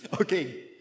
Okay